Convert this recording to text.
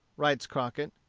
writes crockett,